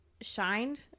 shined